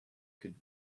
could